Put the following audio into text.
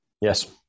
Yes